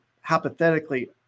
Hypothetically